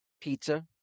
pizza